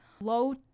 low